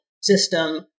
system